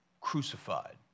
crucified